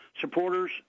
supporters